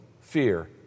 fear